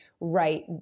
right